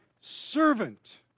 servant